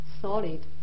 solid